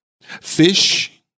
fish